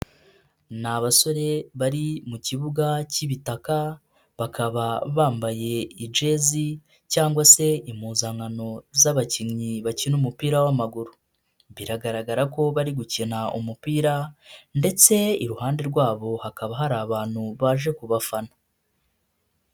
Ni abasore bari mu kibuga cy'ibitaka, bakaba bambaye ijezi cyangwa se impuzankano z'abakinnyi bakina umupira w'amaguru, biragaragara ko bari gukina umupira ndetse iruhande rwabo, hakaba hari abantu baje kubafana.